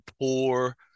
poor